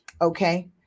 Okay